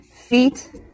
feet